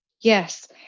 Yes